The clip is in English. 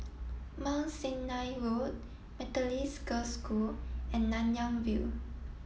Mount Sinai Road Methodist Girls' School and Nanyang View